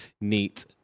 neat